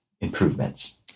improvements